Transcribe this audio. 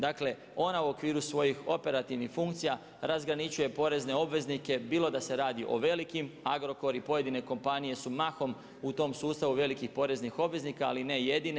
Dakle, ona u okviru svojih operativnih funkcija razgraničuje porezne obveznike bilo da se radi o velikim Agrokor i pojedine kompanije su mahom u tom sustavu velikih poreznih obveznika, ali ne jedine.